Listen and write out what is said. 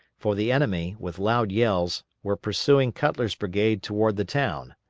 for the enemy, with loud yells, were pursuing cutler's brigade toward the town.